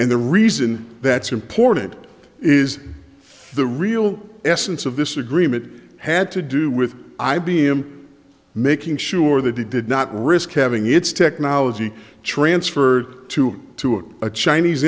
and the reason that's important is the real essence of this agreement had to do with i b m making sure that he did not risk having its technology transferred to to it a chinese